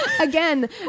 again